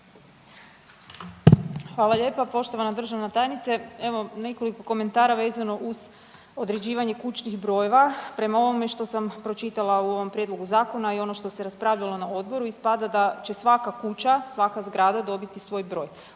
Hvala lijepa poštovana državna tajnice. Evo nekoliko komentara vezano uz određivanje kućnih brojeva. Prema ovome što sam pročitala u ovom prijedlogu zakona i ono što se raspravljalo na odboru ispada da će svaka kuća i svaka zgrada dobiti svoj broj,